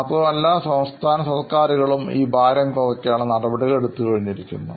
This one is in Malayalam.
മാത്രമല്ല സംസ്ഥാനസർക്കാരുകളും ഈ ഭാരം കുറയ്ക്കാനുള്ള നടപടികൾ എടുത്തു കഴിഞ്ഞിരിക്കുന്നു